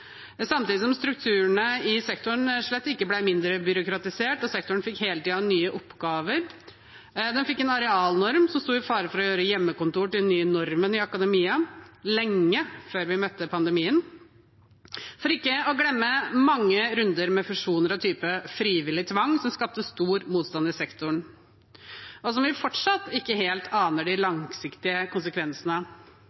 samtidig som strukturene i sektoren slett ikke ble mindre byråkratisert, og sektoren hele tiden fikk nye oppgaver. Den fikk en arealnorm som sto i fare for å gjøre hjemmekontor til den nye normen i akademia lenge før vi møtte pandemien, for ikke å glemme mange runder med fusjoner av typen frivillig tvang, som skapte stor motstand i sektoren, og som vi fortsatt ikke helt aner de